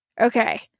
Okay